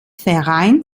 vereint